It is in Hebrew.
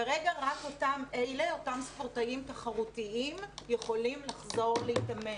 כרגע רק אותם ספורטאים תחרותיים יכולים לחזור להתאמן.